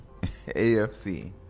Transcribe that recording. AFC